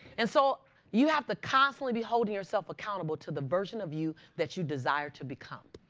and so you have to constantly be holding yourself accountable to the version of you that you desire to become.